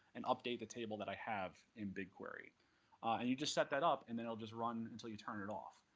and update the table that i have in bigquery. and you just set that up, and then it'll just run until you turn it off.